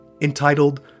entitled